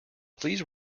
please